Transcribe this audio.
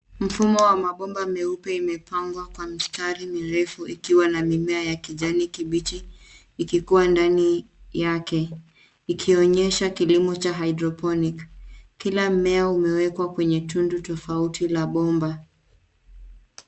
Mfumo wa mabomba meupe imepangwa kwa mistari mirefu likiwa na mimea ya kijani kibichi ikikuwa ndani yake ikionyesha kilimo cha [cs ] hydroponic[cs ]. Kila mmea umewekwa kwenye tundu tofauti la bomba.